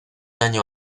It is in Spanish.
año